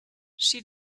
she